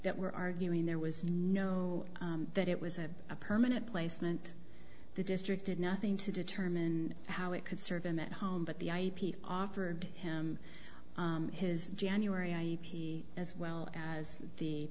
that we're arguing there was no that it was a permanent placement the district did nothing to determine how it could serve him at home but the ip offered him his january i e p as well as the